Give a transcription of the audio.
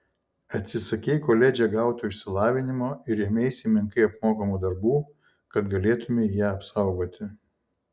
atsisakei koledže gauto išsilavinimo ir ėmeisi menkai apmokamų darbų kad galėtumei ją apsaugoti